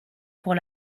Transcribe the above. pour